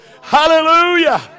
hallelujah